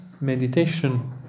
meditation